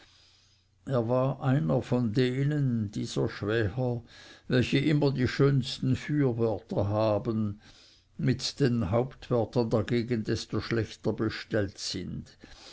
er war einer von denen dieser schwäher welche immer die schönsten fürwörter haben mit den hauptwörtern dagegen desto schlechter bestellt sind